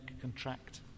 contract